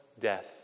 death